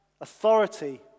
authority